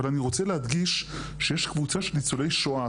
אבל אני רוצה להדגיש שיש קבוצה של ניצולי שואה,